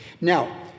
Now